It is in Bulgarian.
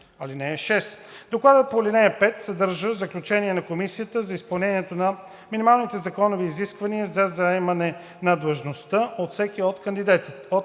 публично. (6) Докладът по ал. 5 съдържа заключение на комисията за изпълнението на минималните законови изисквания за заемане на длъжността от всеки от кандидатите,